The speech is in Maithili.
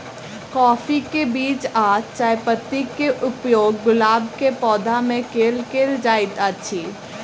काफी केँ बीज आ चायपत्ती केँ उपयोग गुलाब केँ पौधा मे केल केल जाइत अछि?